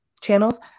channels